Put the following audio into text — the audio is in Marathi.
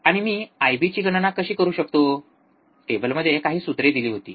आणि मी आयबी ची गणना कशी करू शकतो टेबलमध्ये काही सूत्रे दिली होती